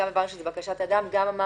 אמרנו שזה לבקשת האדם,